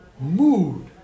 mood